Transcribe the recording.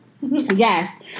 Yes